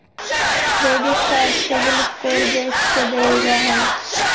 credit card CIBIL score देख के देल जा हइ